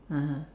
(uh huh)